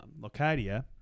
Locadia